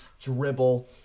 dribble